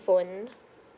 phone